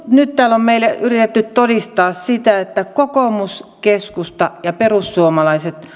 nyt täällä on meille yritetty todistaa sitä että kokoomus keskusta ja perussuomalaiset